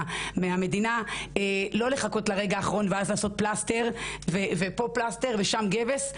מהמדינה - לא לחכות לרגע האחרון ואז לעשות פה פלסטר ושם גבס.